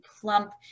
plump